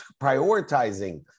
prioritizing